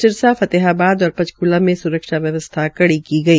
सिरसा स तेहाबाद और पंचकुला में सुरक्षा व्यवस्था कड़ी की गई